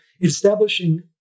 establishing